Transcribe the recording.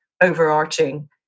overarching